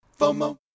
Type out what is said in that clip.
FOMO